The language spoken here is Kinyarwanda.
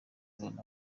ibona